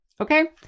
okay